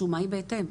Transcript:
השומה היא בהתאם.